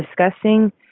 discussing